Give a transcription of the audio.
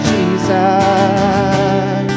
Jesus